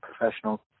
professional